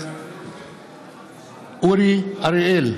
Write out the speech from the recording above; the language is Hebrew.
אורי אריאל,